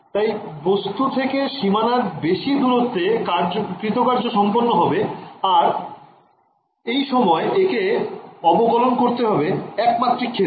তাইবস্তু থেকে সিমানার বেশি দূরত্বে কৃতকার্য সম্পন্ন হবে আর এই সময় একে অবকলন করতে হবে একমাত্রিক ক্ষেত্রে